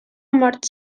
mort